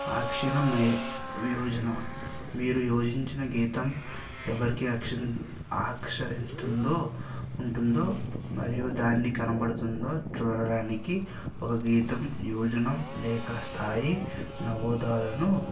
ఆ క్షణమే యోజన మీరు యోజించిన గీతం ఎవరికి అక్షిం ఆక్షరింస్తుందో ఉంటుందో మరియు దాన్ని కనబడుతుందో చూడడానికి ఒక గీతం యోజనం లేక స్థాయి నవోదాలను